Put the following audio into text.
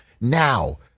now